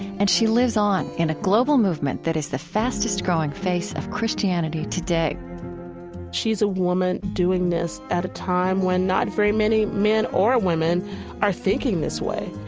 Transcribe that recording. and she lives on in a global movement that is the fastest-growing face of christianity today she's a woman doing this at a time when not very many men or women are thinking this way.